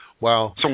wow